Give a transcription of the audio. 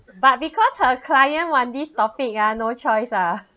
but because her client want this topic ah no choice ah